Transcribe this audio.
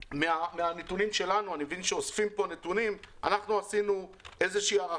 מהנתונים שלנו אני מבין שאוספים פה נתונים אנחנו עשינו הערכה,